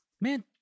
Man